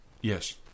Yes